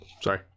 sorry